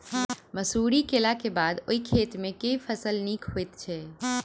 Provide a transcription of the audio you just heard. मसूरी केलाक बाद ओई खेत मे केँ फसल नीक होइत छै?